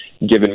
given